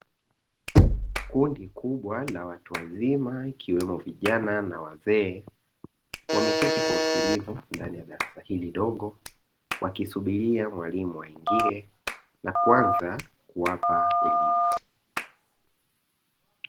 Kundi kubwa la watu wazima ikiwemo vijana na wazee wameketi kwa utulivu ndani ya darasa hili dogo wakisubiria mwalimu aingie na kuanza kuwapa elimu.